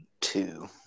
two